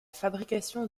fabrication